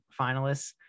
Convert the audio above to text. finalists